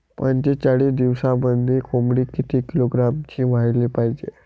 पंचेचाळीस दिवसामंदी कोंबडी किती किलोग्रॅमची व्हायले पाहीजे?